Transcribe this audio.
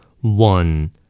One